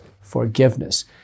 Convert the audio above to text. forgiveness